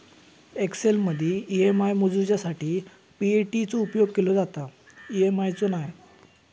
एक्सेलमदी ई.एम.आय मोजूच्यासाठी पी.ए.टी चो उपेग केलो जाता, ई.एम.आय चो नाय